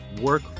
work